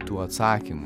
tų atsakymų